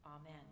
Amen